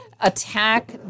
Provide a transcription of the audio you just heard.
attack